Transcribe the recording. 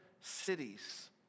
cities